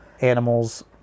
animals